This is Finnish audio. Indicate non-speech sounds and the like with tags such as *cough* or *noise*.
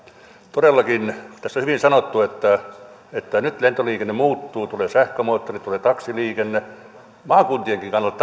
todellakin tässä on hyvin sanottu että että nyt lentoliikenne muuttuu tulee sähkömoottorit tulee taksiliikenne maakuntienkin kannalta *unintelligible*